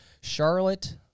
Charlotte